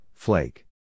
Flake